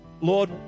Lord